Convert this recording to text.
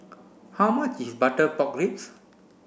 how much is butter pork ribs